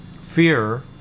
fear